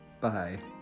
bye